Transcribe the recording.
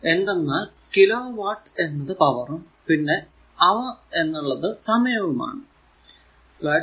എന്തെന്നാൽ kilo watt എന്നത് പവറും പിന്നെ അവർ hour എന്നത് സമയവും ആണ്